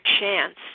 chance